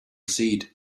seed